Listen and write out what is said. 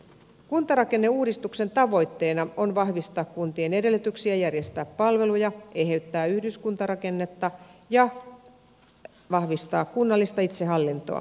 kuntarakenneuudistuksen tavoitteena on vahvistaa kuntien edellytyksiä järjestää palveluja eheyttää yhdyskuntarakennetta ja vahvistaa kunnallista itsehallintoa